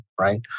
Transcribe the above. Right